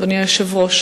אדוני היושב-ראש,